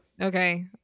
Okay